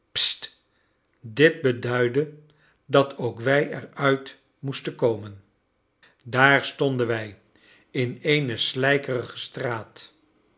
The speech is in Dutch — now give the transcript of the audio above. dit beduidde dat ook wij eruit moesten komen daar stonden wij in eene slijkerige straat